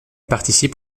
participe